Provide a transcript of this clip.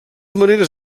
maneres